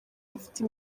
bafite